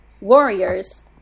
Warriors